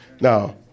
Now